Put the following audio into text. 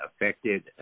affected